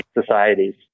Societies